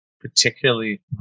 particularly